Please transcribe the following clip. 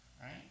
right